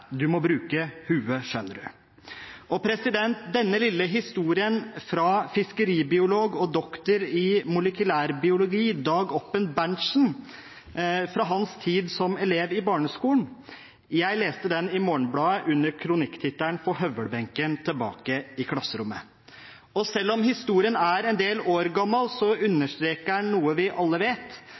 må bruke hue, skjønner’u.» Denne lille historien av fiskeribiolog og doktor i molekylærbiologi, Dag Oppen Berntsen, fra hans tid som elev i barneskolen leste jeg i Morgenbladet under kronikktittelen «Få høvelbenken tilbake i klasserommet». Selv om historien er en del år gammel, understreker den noe vi alle vet,